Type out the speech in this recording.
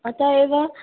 अतः एव